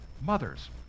mothers